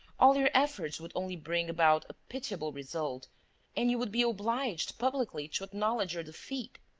all your efforts would only bring about a pitiable result and you would be obliged publicly to acknowledge your defeat.